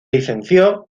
licenció